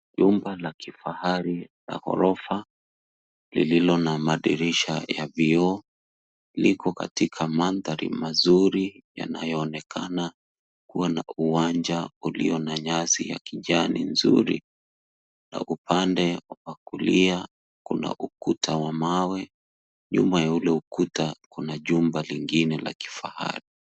Jumba la kifahari la ghorofa lililo na madirisha ya vioo liko katika mandhari mazuri yanayoonekana kuwa na uwanja ulio na nyasi ya kijani nzuri na upande wa kulia kuna ukuta wa mawe. Nyuma ya ule ukuta kuna jumba lingine la kifahari.